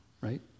right